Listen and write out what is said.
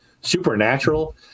supernatural